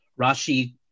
Rashi